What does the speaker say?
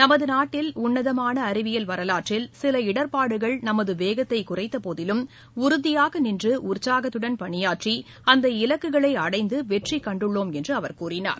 நமது நாட்டில் உள்ளதமான அறிவியல் வரலாற்றில் சில இடர்பாடுகள் நமது வேகத்தை குறைத்த போதிலும் உறுதியாக நின்று உற்சாகத்துடன் பணியாற்றி அந்த இலக்குகளை அடைந்து வெற்றி கண்டுள்ளோம் என்று அவர் கூறினார்